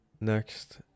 next